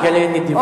אני מגלה נדיבות.